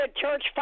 church